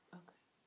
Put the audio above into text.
okay